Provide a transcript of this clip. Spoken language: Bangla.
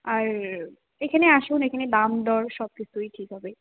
আর এখানে আসুন এখানে দাম দর সব ঠিক হবে